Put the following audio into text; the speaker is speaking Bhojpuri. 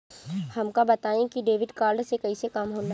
हमका बताई कि डेबिट कार्ड से कईसे काम होला?